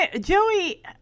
Joey